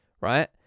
right